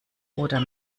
oder